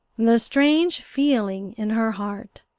the strange feeling in her heart,